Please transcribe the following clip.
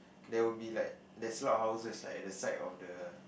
there will be like there's a lot houses like at the side of the